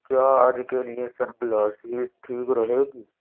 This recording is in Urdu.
کیا آج کے لیے سن گلاسیز ٹھیک رہے گی